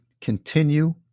continue